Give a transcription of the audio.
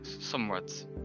somewhat